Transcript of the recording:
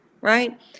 right